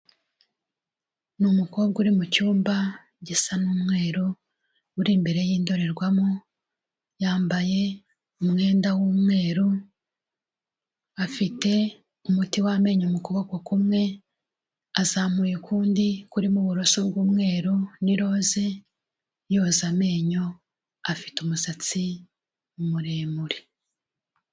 Ni umukobwa uri mu cyumba gisa n'umweru, uri imbere y'indorerwamo, yambaye umwenda w'umweru, afite umuti w'amenyo mu kuboko kumwe, azamuye ukundi kurimo uburoso bw'umweru n'iroze yoza amenyo, afite umusatsi muremure.